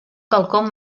quelcom